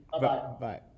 Bye-bye